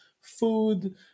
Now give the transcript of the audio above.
food